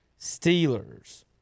Steelers